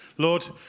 Lord